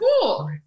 cool